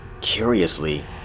Curiously